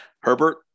Herbert